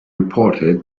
reported